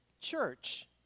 church